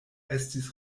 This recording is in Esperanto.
estis